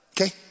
okay